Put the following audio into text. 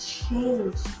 change